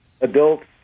adults